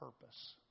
purpose